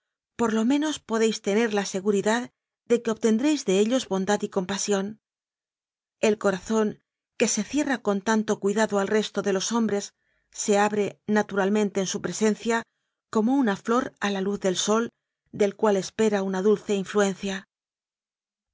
por lo menos podéis tener la se guridad de que obtendréis de ellos bondad y com pasión el corazón que se cierra con tanto cuida do al resto de los hombres se abre naturalmente en su presencia como una flor a la luz del sol del cual espera una dulce influencia